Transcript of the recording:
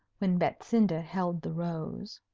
when betsinda held the rose.